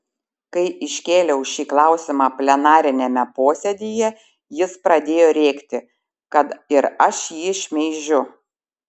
kai iškėliau šį klausimą plenariniame posėdyje jis pradėjo rėkti kad ir aš jį šmeižiu